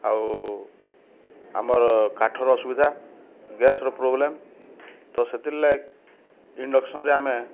ଆଉ ଆମର୍ କାଠ ର ଅସୁବିଧା ଗ୍ୟାସ୍ ର ପ୍ରୋବ୍ଲେମ୍ ତ ସେଥିର୍ ଲାଏଗ୍ ଇଂଡକ୍ସନ୍ ରେ ଆମେ